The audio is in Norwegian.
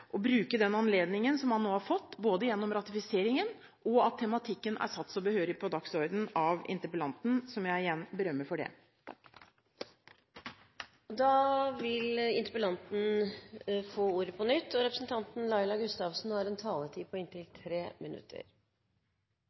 bruke den anledningen han nå har fått, både gjennom ratifiseringen og ved at tematikken er satt så behørig på dagsordenen av interpellanten – som jeg igjen berømmer for det. Tusen takk for en god debatt. Jeg har også lyst til å si at jeg synes det har vært en